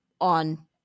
on